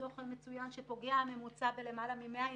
בדוח מצוין שהפוגע הממוצע פוגע בלמעלה מ-100 ילדים.